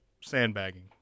sandbagging